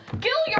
gil, yeah